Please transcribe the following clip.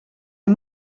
est